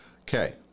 Okay